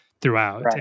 throughout